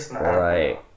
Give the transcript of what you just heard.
right